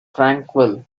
tranquil